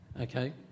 okay